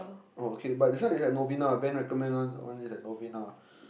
oh okay but this one is at Novena Ben recommend one that one is at Novena